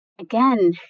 Again